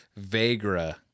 Vagra